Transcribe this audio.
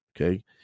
Okay